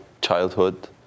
childhood